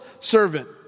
servant